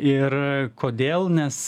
ir kodėl nes